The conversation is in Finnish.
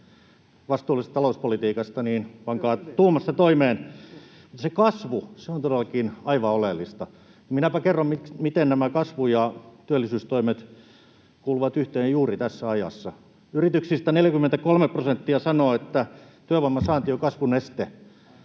vastuullisesta talouspolitiikasta — pankaa tuumasta toimeen. Se kasvu on todellakin aivan oleellista. Minäpä kerron, miten kasvu‑ ja työllisyystoimet kuuluvat yhteen juuri tässä ajassa. Yrityksistä 43 prosenttia sanoo, että työvoiman saanti on kasvun este.